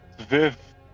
Viv